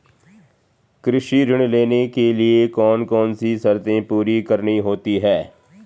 कृषि ऋण लेने के लिए कौन कौन सी शर्तें पूरी करनी होती हैं?